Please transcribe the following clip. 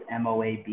MOAB